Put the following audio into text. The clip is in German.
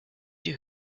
die